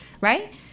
right